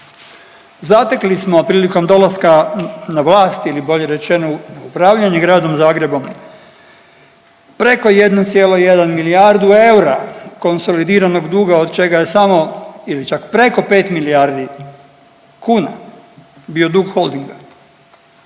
Zatekli smo prilikom dolaska na vlast ili bolje rečeno upravljanje gradom Zagrebom preko 1,1 milijardu eura konsolidiranog duga od čega je samo ili čak preko 5 milijardi kuna bio dug Holdinga.